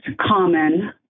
common